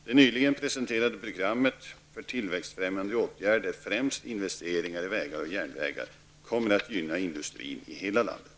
Det nyligen presenterade programmet för tillväxtfrämjande åtgärder, främst investeringar i vägar och järnvägar, kommer att gynna industrin i hela landet.